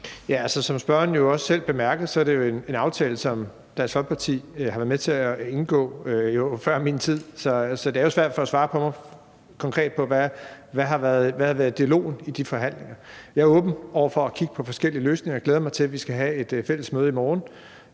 Som spørgeren også selv bemærkede, er det jo en aftale, som Dansk Folkeparti har været med til at indgå, og det var før min tid. Så det er jo svært for mig at svare konkret på, hvad dialogen har været i de forhandlinger. Jeg er åben over for at kigge på forskellige løsninger. Jeg glæder mig til, at vi skal have et fælles møde i morgen.